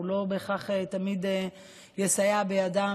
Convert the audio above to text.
הוא לא בהכרח תמיד יסייע בידם,